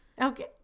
Okay